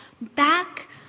back